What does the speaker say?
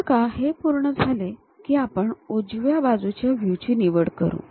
एकदा का हे पूर्ण झाले की आपण उजव्या बाजूच्या व्ह्यू ची निवड करू